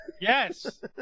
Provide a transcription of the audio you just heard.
Yes